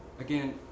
again